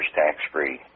tax-free